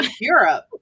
Europe